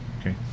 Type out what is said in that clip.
okay